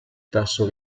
tasso